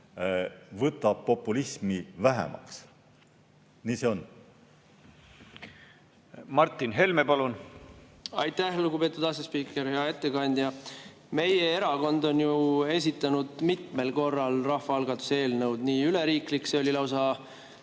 võtab populismi vähemaks. Nii see on. Martin Helme, palun! Martin Helme, palun! Aitäh, lugupeetud asespiiker! Hea ettekandja! Meie erakond on ju esitanud mitmel korral rahvaalgatuse eelnõu, nii üleriiklikult, see oli lausa